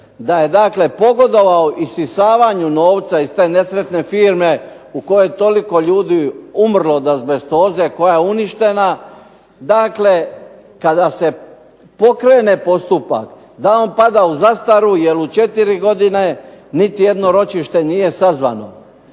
da je dakle pogodovao isisavanju novca iz te nesretne firme u kojoj toliko ljudi umrlo od azbestoze, koja je uništena. Dakle, kada se pokrene postupak da on pada u zastaru jer u četiri godine niti jedno ročište nije sazvano.